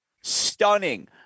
stunning